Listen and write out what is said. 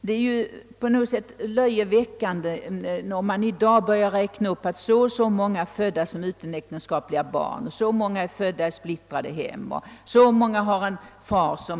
Det är löjeväckande att i dag räkna upp, att det finns så och så många som är födda utom äktenskapet, så och så många som är födda i splittrade hem, så och så många som har en alkoholiserad far.